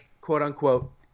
quote-unquote